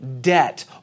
debt